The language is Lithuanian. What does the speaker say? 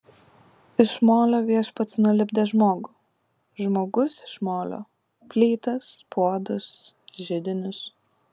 iš molio viešpats nulipdė žmogų žmogus iš molio plytas puodus židinius